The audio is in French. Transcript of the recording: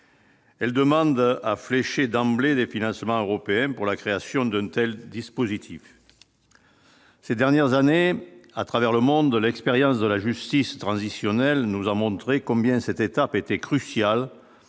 elle demande à flécher d'emblée des financements européens pour la création d'une telle dispositif ces dernières années à travers le monde de l'expérience de la justice transitionnelle nous a montré combien cette étape était crucial